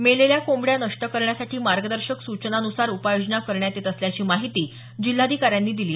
मेलेल्या कोंबड्या नष्ट करण्यासाठी मार्गदर्शक सूचनान्सार उपाययोजना करण्यात येत असल्याची माहिती जिल्हाधिकाऱ्यांनी दिली